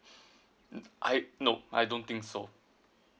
I no I don't think so